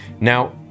Now